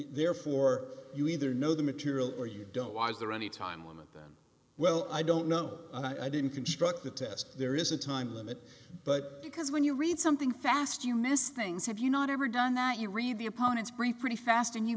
therefore you either know the material or you don't why is there any time limit then well i don't know i didn't construct the test there is a time limit but because when you read something fast you miss things have you not ever done that you read the opponents great pretty fast and you